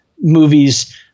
movies